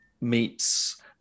meets